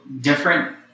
different